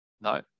No